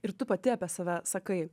ir tu pati apie save sakai